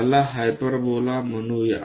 त्याला हाइपरबोला म्हणूया